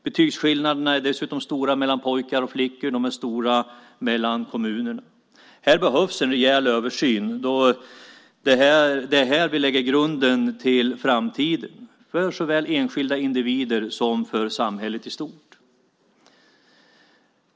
Betygsskillnaderna är dessutom stora mellan pojkar och flickor, de är stora mellan kommunerna. Här behövs en rejäl översyn. Det är här vi lägger grunden för framtiden för såväl enskilda individer som samhället i stort.